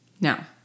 Now